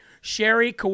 Sherry